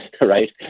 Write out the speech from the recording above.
right